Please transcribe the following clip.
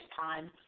time